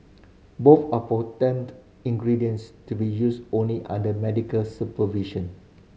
both are potent ingredients to be used only under medical supervision